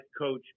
coach